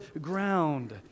ground